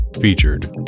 featured